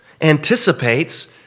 anticipates